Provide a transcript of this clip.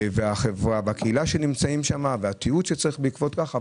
כלפי הקהילה בה הם נמצאים והתיעוד שצריך להיעשות בעקבות כך,